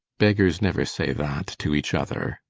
beggars never say that to each other.